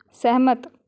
ਸਹਿਮਤ